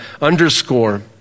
underscore